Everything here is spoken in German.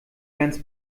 ganz